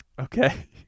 Okay